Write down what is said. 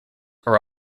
are